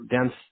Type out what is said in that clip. dense